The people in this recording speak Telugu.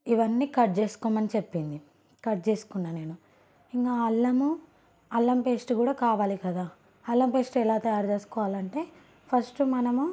ఇవన్నీ కట్ చేసుకోమని చెప్పింది కట్ చేసుకున్నా నేను ఇంకా అల్లము అల్లం పేస్ట్ కూడా కావాలి కదా అల్లం పేస్ట్ ఎలా తయారు చేసుకోవాలంటే ఫస్ట్ మనము